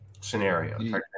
scenario